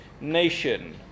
nation